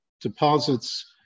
deposits